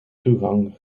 toegang